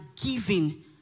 giving